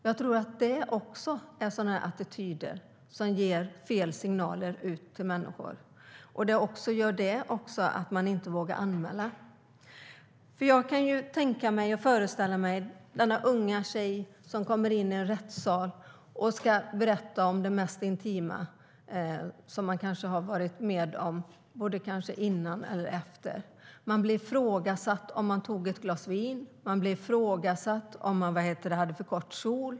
Jag tror att det är en attityd som ger fel signaler till människor. Det gör också att människor inte vågar anmäla. Jag kan föreställa mig en ung tjej som kommer in i en rättssal och ska berätta om det mest intima som hon kanske har varit med om. Hon blir ifrågasatt. Tog du ett glas vin? Hade du för kort kjol?